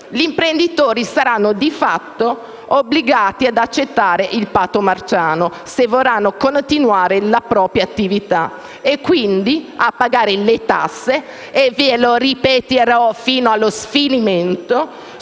gli imprenditori saranno di fatto obbligati ad accettare di fatto il patto marciano, se vorranno continuare la propria attività, e quindi a pagare le tasse. Ve lo ripeterò fino allo sfinimento: